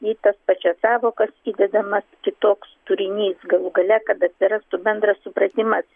į tas pačias sąvokas įvedamas kitoks turinys galų gale kad atsirastų bendras supratimas